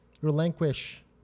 relinquish